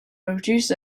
produced